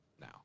now